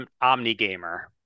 omni-gamer